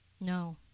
No